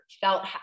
felt